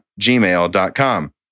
gmail.com